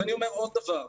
ואני אומר עוד דבר.